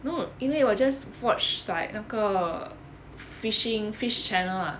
no 因为我 just watch like 那个 fishing fish channel ah